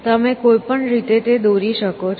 તમે કોઈ પણ રીતે તે દોરી શકો છો